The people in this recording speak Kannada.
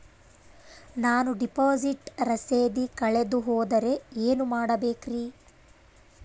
ನಾನು ಡಿಪಾಸಿಟ್ ರಸೇದಿ ಕಳೆದುಹೋದರೆ ಏನು ಮಾಡಬೇಕ್ರಿ?